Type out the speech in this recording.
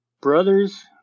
brother's